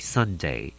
Sunday